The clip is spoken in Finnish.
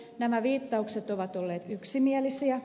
nämä viittaukset ovat olleet yksimielisiä